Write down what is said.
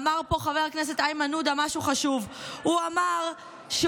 אמר פה חבר הכנסת איימן עודה משהו חשוב: הוא אמר שהוא